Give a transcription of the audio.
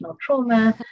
trauma